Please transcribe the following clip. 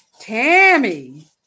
Tammy